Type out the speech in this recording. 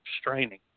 straining